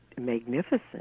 magnificent